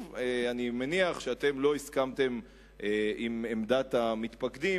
אני מניח שאתם לא הסכמתם עם עמדת המתפקדים,